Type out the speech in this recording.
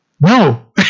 no